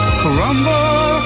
crumble